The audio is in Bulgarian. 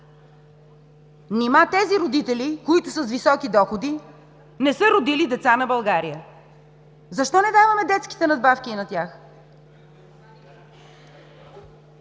Нима тези родители, които са с високи доходи, не са родили деца на България? Защо не даваме детски надбавки и на тях?